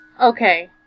Okay